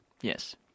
Yes